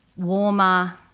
warmer,